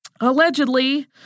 Allegedly